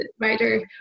writer